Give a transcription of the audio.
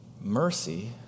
Mercy